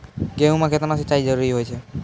गेहूँ म केतना सिंचाई जरूरी होय छै?